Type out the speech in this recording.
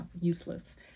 useless